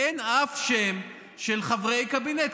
אין אף שם של חברי קבינט.